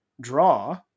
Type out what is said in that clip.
draw